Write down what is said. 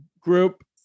Group